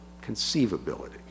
conceivability